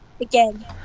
again